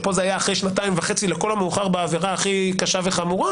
שפה זה היה אחרי שנתיים וחצי לכל המאוחר בעבירה הכי קשה וחמורה